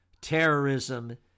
terrorism